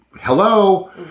hello